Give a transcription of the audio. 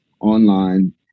online